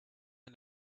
and